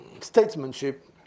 statesmanship